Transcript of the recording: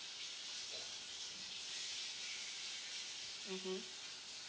mmhmm